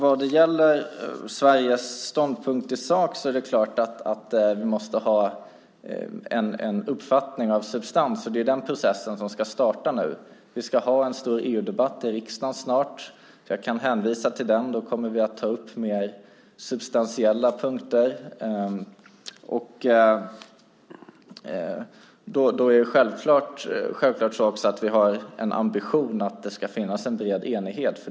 När det gäller Sveriges ståndpunkt i sak är det klart att vi måste ha en uppfattning av substans. Det är den processen som nu ska starta. Vi ska snart ha en stor EU-debatt i riksdagen, och jag kan hänvisa till den. Då kommer vi att ta upp mer substantiella punkter. Då har vi självklart också en ambition att det ska finnas en bred enighet.